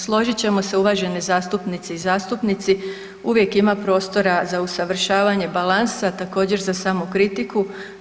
Složit ćemo se uvažene zastupnice i zastupnici uvijek ima prostora za usavršavanje balansa, također za samokritiku.